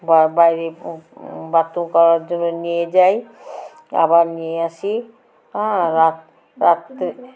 বা বাইরে বাথরুম করার জন্য নিয়ে যাই আবার নিয়ে আসি হ্যাঁ রাত রাত্রে